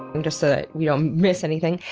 and just so that we don't miss anything.